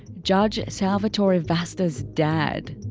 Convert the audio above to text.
judge salvatore vasta's dad.